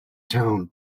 town